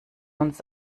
uns